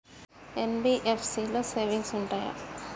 NBFC లో savings ఉంటయా?